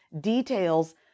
details